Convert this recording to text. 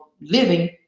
living